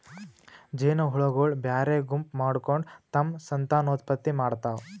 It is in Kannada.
ಜೇನಹುಳಗೊಳ್ ಬ್ಯಾರೆ ಗುಂಪ್ ಮಾಡ್ಕೊಂಡ್ ತಮ್ಮ್ ಸಂತಾನೋತ್ಪತ್ತಿ ಮಾಡ್ತಾವ್